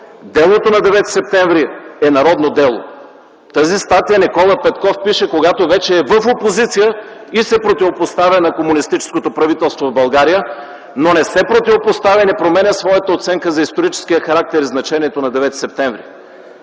Делото на 9 септември е народно дело!” Тази статия Никола Петков пише, когато вече е в опозиция и се противопоставя на комунистическото правителство в България, но не се противопоставя, не променя своята оценка за историческия характер и значението на 9 септември.